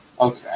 Okay